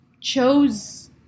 chose